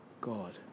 God